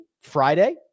Friday